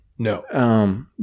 No